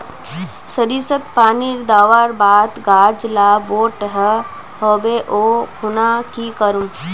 सरिसत पानी दवर बात गाज ला बोट है होबे ओ खुना की करूम?